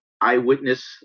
eyewitness